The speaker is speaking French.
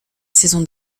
saison